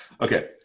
Okay